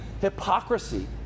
hypocrisy